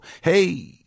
Hey